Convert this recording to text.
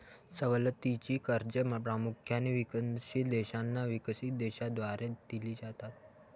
सवलतीची कर्जे प्रामुख्याने विकसनशील देशांना विकसित देशांद्वारे दिली जातात